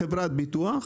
חברת ביטוח,